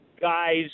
guys